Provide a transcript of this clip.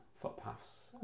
footpaths